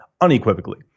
unequivocally